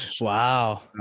Wow